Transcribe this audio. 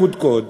הקודקוד,